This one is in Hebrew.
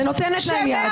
ונותנת להם יד.